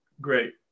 Great